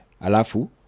alafu